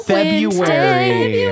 February